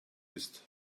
ist